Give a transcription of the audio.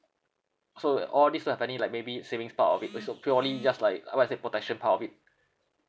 so like all these are purely like maybe savings part of it but is purely just like what I say protection part of it